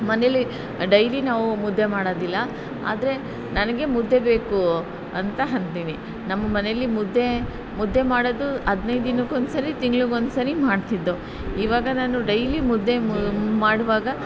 ಮನೇಲಿ ಡೈಲಿ ನಾವು ಮುದ್ದೆ ಮಾಡೋದಿಲ್ಲ ಆದರೆ ನನಗೆ ಮುದ್ದೆ ಬೇಕು ಅಂತ ಅಂತೀನಿ ನಮ್ಮ ಮನೇಲಿ ಮುದ್ದೆ ಮುದ್ದೆ ಮಾಡೋದು ಹದಿನೈದು ದಿನಕ್ಕೆ ಒಂದು ಸರಿ ತಿಂಗ್ಳಿಗೆ ಒಂದು ಸರಿ ಮಾಡ್ತಿದ್ದೊ ಇವಾಗ ನಾನು ಡೈಲಿ ಮುದ್ದೆ ಮು ಮಾಡುವಾಗ